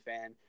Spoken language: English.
fan